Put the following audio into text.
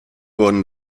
wurden